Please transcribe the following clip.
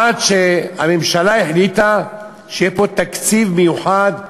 עד שהממשלה החליטה שיהיה פה תקציב מיוחד,